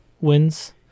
wins